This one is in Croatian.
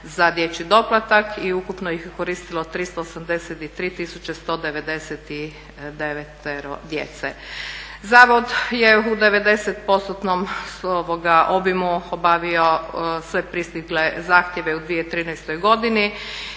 za dječji doplatak i ukupno ih je koristilo 383 tisuće 199 djece. Zavod je u 90-postotnom obimu obavio sve pristigle zahtjeve u 2013. godini